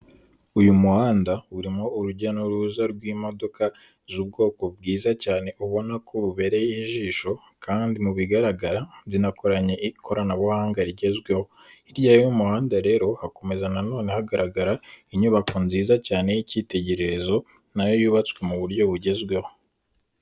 Uyu muhanda urimo urujya n'uruza rw'imodoka z'ubwoko bwiza cyane ubona ko bubereye ijisho kandi mu bigaragara zinakoranye ikoranabuhanga rigezweho, hirya y'uyu muhanda rero hakomeza na none hagaragara inyubako nziza cyane y'icyitegererezo na yo yubatswe mu buryo bugezweho.